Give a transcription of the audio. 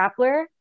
grappler